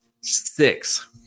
six